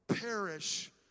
perish